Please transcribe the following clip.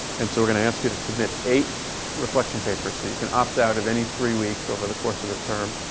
and so we're gonna ask you to submit eight reflection papers. so you can opt out of any three weeks over the course of the term.